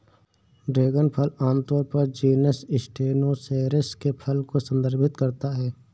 dragon फल आमतौर पर जीनस स्टेनोसेरेस के फल को संदर्भित करता है